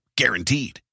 guaranteed